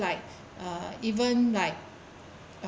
like uh even like